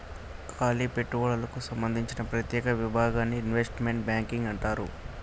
కాలి పెట్టుబడులకు సంబందించిన ప్రత్యేక విభాగాన్ని ఇన్వెస్ట్మెంట్ బ్యాంకింగ్ అంటారు